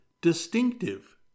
distinctive